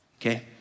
okay